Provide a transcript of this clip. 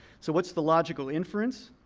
so what's the logical inference?